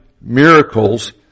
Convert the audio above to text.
miracles